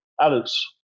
Alex